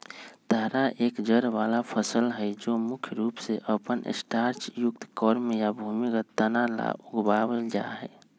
तारा एक जड़ वाला फसल हई जो मुख्य रूप से अपन स्टार्चयुक्त कॉर्म या भूमिगत तना ला उगावल जाहई